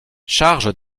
charges